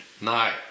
No